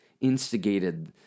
instigated